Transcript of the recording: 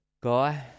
Guy